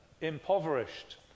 impoverished